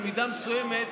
במידה מסוימת